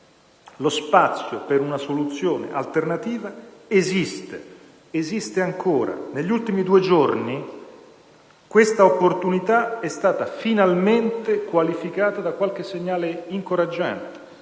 Lo spazio per una soluzione alternativa esiste ancora. Negli ultimi due giorni questa opportunità è stata finalmente qualificata da qualche segnale incoraggiante: